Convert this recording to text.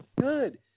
good